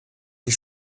die